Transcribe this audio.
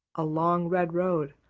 a long red road,